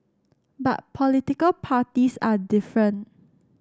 but political parties are different